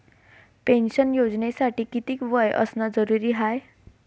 Pension योजनेसाठी कितीक वय असनं जरुरीच हाय?